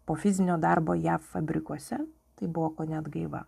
po fizinio darbo jav fabrikuose tai buvo kone atgaiva